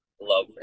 love